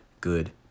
good